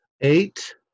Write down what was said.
Eight